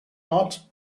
not